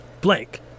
blank